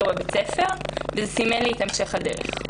בבית ספר וזה סימן לי את המשך הדרך.